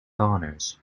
honors